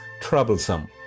troublesome